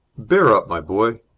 bear up, my boy,